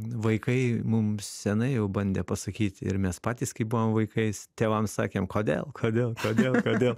vaikai mum senai jau bandė pasakyt ir mes patys kai buvome vaikais tėvams sakėm kodėl kodėl kodėl kodėl